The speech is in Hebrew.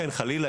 חלילה,